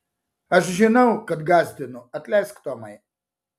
aš žinau kad gąsdinu atleisk tomai